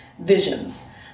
visions